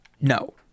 No